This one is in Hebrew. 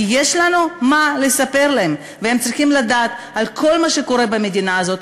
כי יש לנו מה לספר להם והם צריכים לדעת על כל מה שקורה במדינה הזאת,